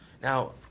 Now